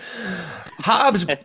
Hobbs